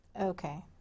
Okay